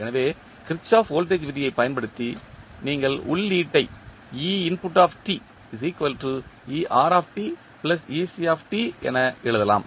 எனவே Kirchhoff voltage விதியைப் பயன்படுத்தி நீங்கள் உள்ளீட்டை என எழுதலாம்